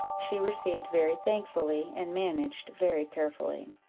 she received very thankfully, and managed very carefully.